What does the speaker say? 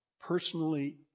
personally